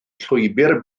llwybr